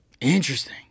interesting